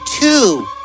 two